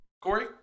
Corey